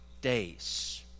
days